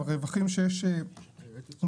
עם הרווחים שיש בנתג"ז,